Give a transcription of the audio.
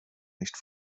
nicht